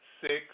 six